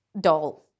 doll